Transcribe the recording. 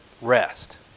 rest